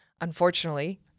Unfortunately